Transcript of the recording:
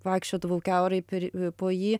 vaikščiodavau kiaurai per po jį